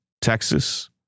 Texas